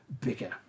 bigger